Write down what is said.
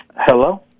hello